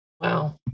Wow